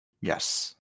Yes